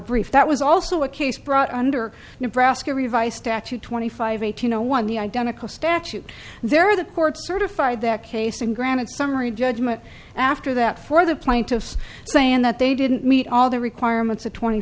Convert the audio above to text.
brief that was also a case brought under nebraska revi statute twenty five eighteen zero one the identical statute there the court certified that case and granted summary judgment after that for the plaintiffs saying that they didn't meet all the requirements of twenty